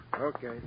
Okay